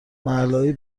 محلههای